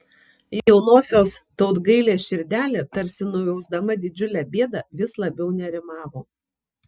jaunosios tautgailės širdelė tarsi nujausdama didžiulę bėdą vis labiau nerimavo